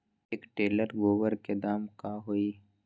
एक टेलर गोबर के दाम का होई?